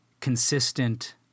consistent